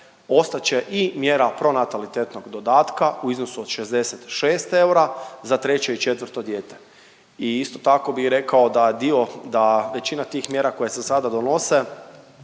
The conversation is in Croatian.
ostat će i mjera pronatalitetnog dodatka u iznosu od 66 eura za treće i četvrto dijete. I isto tako bi rekao da dio, da većina tih mjera koja se sada donose,